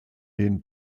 den